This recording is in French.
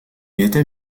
était